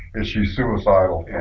is she suicidal?